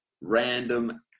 random